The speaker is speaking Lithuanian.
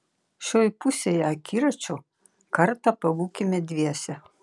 šioj pusėje akiračio kartą pabūkime dviese